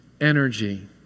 energy